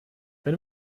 wenn